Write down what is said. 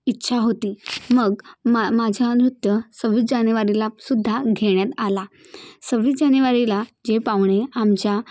इच्छा होती मग मा माझ्या नृत्य सव्वीस जानेवारीला सुद्धा घेण्यात आला सव्वीस जानेवारीला जे पाहुणे आमच्या